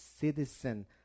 citizen